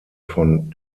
von